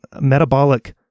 metabolic